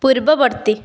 ପୂର୍ବବର୍ତ୍ତୀ